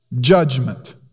judgment